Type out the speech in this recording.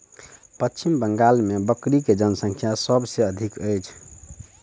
पश्चिम बंगाल मे बकरी के जनसँख्या सभ से अधिक अछि